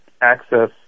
access